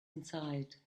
inside